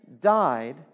died